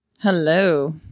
Hello